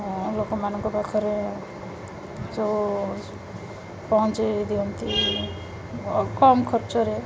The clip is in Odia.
ଲୋକମାନଙ୍କ ପାଖରେ ଯେଉଁ ପହଞ୍ଚାଇ ଦିଅନ୍ତି କମ୍ ଖର୍ଚ୍ଚରେ